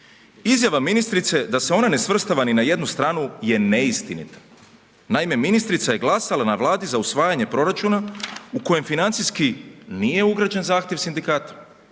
izjava ministrice da se ona ne svrstava ni na jednu stranu je neistinita. naime, ministrica je glasala na Vladi za usvajanje proračuna u kojem financijski nije ugrađen zahtjev sindikata.